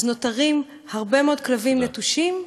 נותרים הרבה מאוד כלבים נטושים,